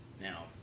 Now